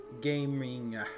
gaming